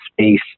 space